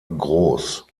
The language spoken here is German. groß